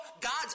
God's